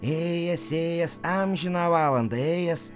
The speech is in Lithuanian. ėjęs ėjęs amžiną valandą ėjęs